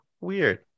Weird